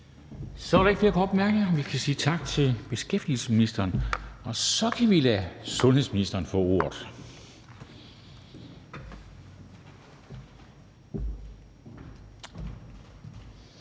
Der er ikke flere korte bemærkninger, så vi siger tak til beskæftigelsesministeren. Og så kan vi lade sundhedsministeren få ordet.